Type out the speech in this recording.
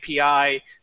API